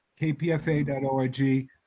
kpfa.org